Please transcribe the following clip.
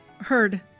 heard